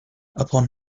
upon